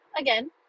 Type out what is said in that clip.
again